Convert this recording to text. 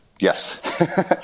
yes